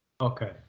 Okay